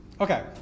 okay